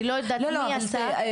אני לא יודעת מי עשה --- לא,